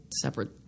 separate